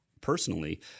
personally